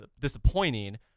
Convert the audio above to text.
disappointing